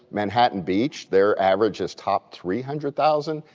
manhattan beach, their average is top three hundred thousand.